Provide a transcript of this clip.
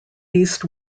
least